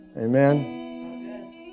Amen